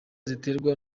ziterwa